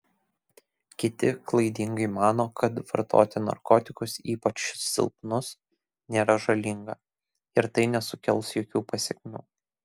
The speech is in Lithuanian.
kiti klaidingai mano kad vartoti narkotikus ypač silpnus nėra žalinga ir tai nesukels jokių pasekmių